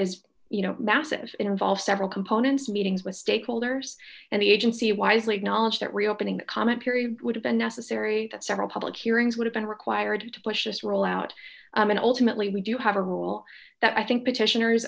is you know massive involves several components meetings with stakeholders and the agency wisely knowledge that reopening comment period would have been necessary that several public hearings would have been required to push this rollout and ultimately we do have a rule that i think petitioners